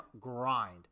grind